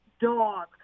dog